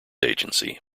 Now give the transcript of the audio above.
agency